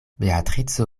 beatrico